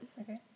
Okay